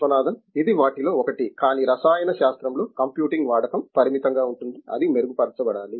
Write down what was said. విశ్వనాథన్ ఇది వాటిలో ఒకటి కానీ రసాయన శాస్త్రం లో కంప్యూటింగ్ వాడకం పరిమితంగా ఉంటుంది అది మెరుగుపరచబడాలి